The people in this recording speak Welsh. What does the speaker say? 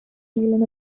ddilyn